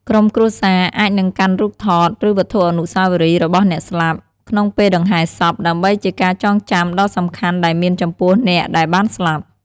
ក្រុមគ្រួសារអាចនឹងកាន់រូបថត ឬវត្ថុអនុស្សាវរីយ៍របស់អ្នកស្លាប់ ក្នុងពេលដង្ហែសព ដើម្បីជាការចងចាំដ៏សំខាន់ដែលមានចំពោះអ្នកដែលបានស្លាប់។